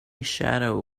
shadow